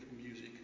music